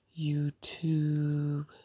YouTube